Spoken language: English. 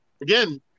again